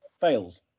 fails